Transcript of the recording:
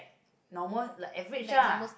normal like average ah